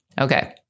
Okay